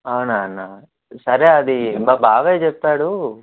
అవునా అన్నా సరే అది మా బాబాయ్ చెప్పాడు